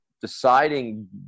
deciding